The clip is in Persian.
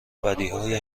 بدیهایی